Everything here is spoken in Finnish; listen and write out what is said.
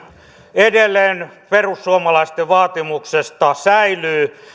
edelleen perussuomalaisten vaatimuksesta säilyy